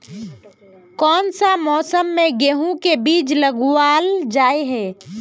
कोन सा मौसम में गेंहू के बीज लगावल जाय है